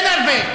אין הרבה.